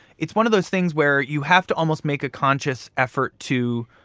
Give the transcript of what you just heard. it's one of those things where you have to almost make a conscious effort to